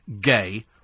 gay